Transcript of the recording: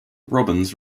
robbins